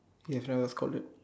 she herself called